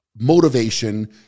Motivation